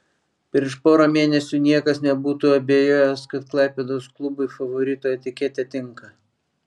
prieš porą mėnesių niekas nebūtų abejojęs kad klaipėdos klubui favorito etiketė tinka